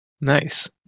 Nice